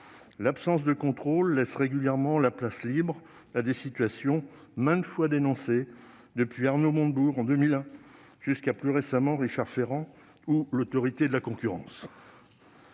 L'absence de contrôle laisse régulièrement la place libre à des situations maintes fois dénoncées, depuis Arnaud Montebourg en 2001 jusqu'à Richard Ferrand plus récemment, ou encore l'Autorité de la concurrence.